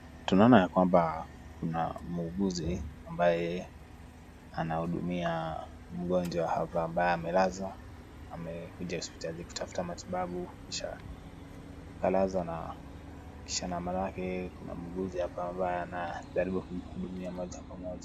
Tunaona ya kwamba kuna muuguzi ambaye anahudumia mgonjwa hapa ambaye amelazwa, amekuja hospitali kutafuta matibabu kisha akalazwa na kisha na maana yake, kuna muuguzi hapa ambaye anajaribu kumhudumia moja kwa moja.